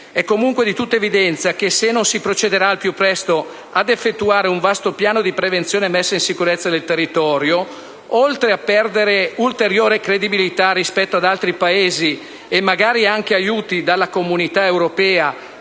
È comunque di tutta evidenza che se non si procederà al più presto ad effettuare un vasto piano di prevenzione e messa in sicurezza del territorio, oltre a perdere ulteriore credibilità rispetto ad altri Paesi (e magari anche aiuti dall'Unione europea